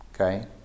okay